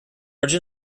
barge